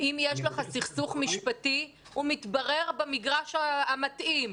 אם יש לך סכסוך משפטי, הוא מתברר במגרש המתאים.